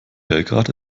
belgrad